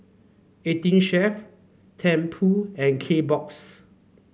Eighteen Chef Tempur and Kbox